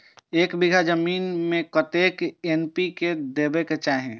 एक बिघा जमीन में कतेक एन.पी.के देबाक चाही?